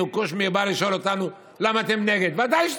שקושניר בא לשאול אותנו למה אנחנו נגד?